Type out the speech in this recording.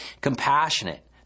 compassionate